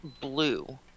blue